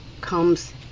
comes